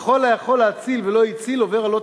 וכל היכול להציל ולא הציל עובר על 'לא